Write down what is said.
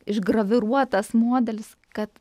išgraviruotas modelis kad